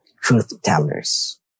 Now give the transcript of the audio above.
truth-tellers